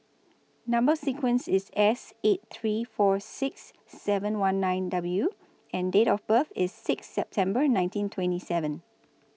Number sequence IS S eight three four six seven one nine W and Date of birth IS Sixth September nineteen twenty seven